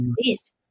Please